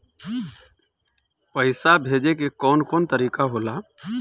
पइसा भेजे के कौन कोन तरीका होला?